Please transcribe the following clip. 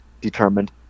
determined